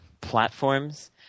platforms